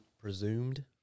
presumed